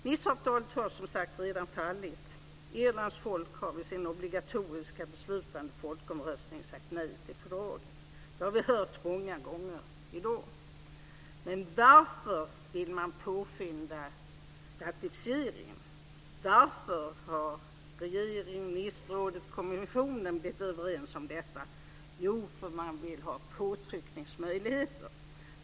Niceavtalet har som sagt redan fallit. Irlands folk har vid sin obligatoriska beslutande folkomröstning sagt nej till fördraget. Det har vi hört många gånger här i dag. Men varför vill man påskynda ratificeringen? Varför har regeringen, ministerrådet och kommissionen kommit överens om detta? Jo, man vill ha påtryckningsmöjligheter.